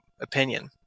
opinion